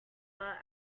our